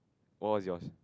what what's yours